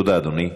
תודה, אדוני.